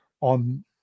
on